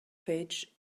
page